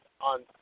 on